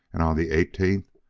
and on the eighteenth,